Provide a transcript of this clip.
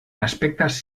aspektas